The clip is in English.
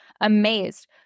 amazed